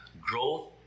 Growth